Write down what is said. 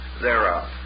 thereof